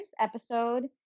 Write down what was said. episode